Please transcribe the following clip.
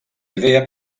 idea